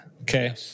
okay